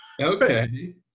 Okay